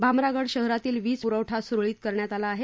भामरागड शहरातील वीजपुरवठा सुरळीत करण्यात आला आहे